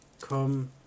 Come